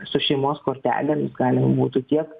su šeimos kortelėmis galima būtų tiek